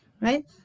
right